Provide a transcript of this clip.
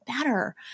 better